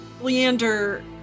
Leander